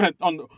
on